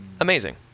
Amazing